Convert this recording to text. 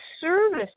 service